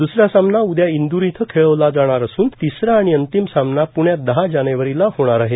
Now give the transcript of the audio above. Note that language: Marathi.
द्सरा सामना उद्या इंदूर इथं खेळवला जाणार असून तिसरा आणि अंतिम सामना प्ण्यात दहा जानेवारीला होणार आहे